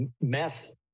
mess